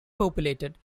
populated